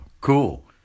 cool